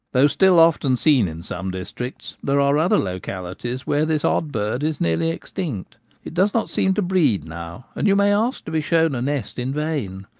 though still often seen in some districts, there are other localities where this odd bird is nearly extinct it does not seem to breed now, and you may ask to be shown a nest in vain.